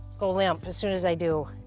go limp as soon as i do.